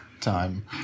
time